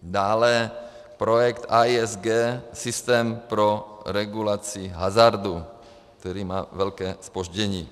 Dále projekt AISG, systém pro regulaci hazardu, který má velké zpoždění.